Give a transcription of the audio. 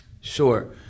Sure